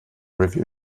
review